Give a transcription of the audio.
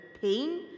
pain